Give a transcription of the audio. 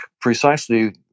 precisely